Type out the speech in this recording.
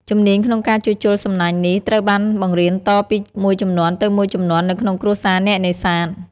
ជំនាញក្នុងការជួសជុលសំណាញ់នេះត្រូវបានបង្រៀនតពីមួយជំនាន់ទៅមួយជំនាន់នៅក្នុងគ្រួសារអ្នកនេសាទ។